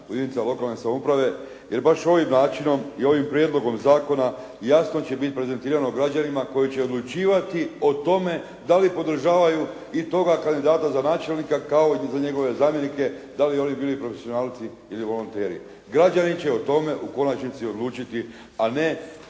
u jedinicama lokalne samouprave. Jer baš ovim načinom i ovim prijedlogom zakona jasno će biti prezentirano građanima koji će odlučivati o tome da li podržavaju i toga kandidata za načelnika kao i za njegove zamjenike da li bi oni bili profesionalci ili volonteri. Građani će o tome u konačnici odlučiti, a ne